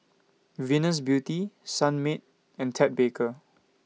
Venus Beauty Sunmaid and Ted Baker